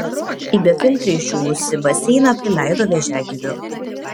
į befiltrį išdžiūvusį baseiną prileido vėžiagyvių